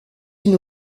une